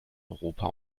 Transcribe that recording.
europa